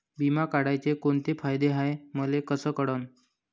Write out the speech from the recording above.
बिमा काढाचे कोंते फायदे हाय मले कस कळन?